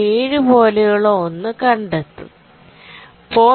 7 പോലെയുള്ള ഒന്ന് കണ്ടെത്തും0